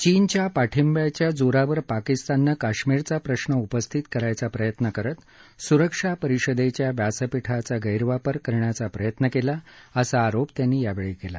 चीनच्या पाठिंब्याच्या जोरावर पाकिस्ताननं काश्मीरचा प्रश्न उपस्थित करण्याचा प्रयत्न करत स्रक्षा परिषदेच्या व्यासपीठाचा गैरवापर करण्याचा प्रयत्न केला असा आरोप त्यांनी केला